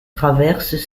traversent